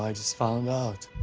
like just found out.